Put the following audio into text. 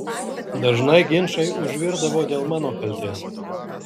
dažnai ginčai užvirdavo dėl mano kaltės